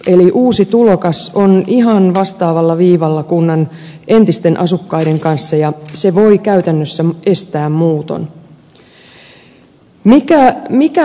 eli uusi tulokas on ihan vastaavalla viivalla kunnan entisten asukkaiden kanssa ja se voi käytännössä estää muuton